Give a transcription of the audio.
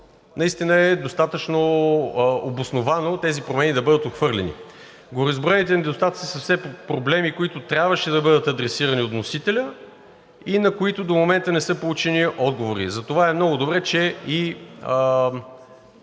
наистина е достатъчно обосновано тези промени да бъдат отхвърлени. Гореизброените недостатъци са все проблеми, които трябваше да бъдат адресирани от вносителя и на които до момента не са получени отговори. Затова е много добре, че